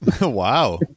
Wow